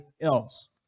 else